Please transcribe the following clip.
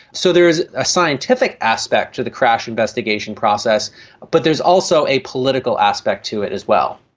so there is a scientific aspect to the crash investigation process but there is also a political aspect to it as well.